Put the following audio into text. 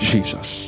Jesus